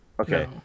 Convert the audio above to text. Okay